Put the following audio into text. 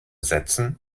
setzen